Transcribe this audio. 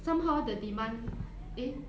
somehow the demand eh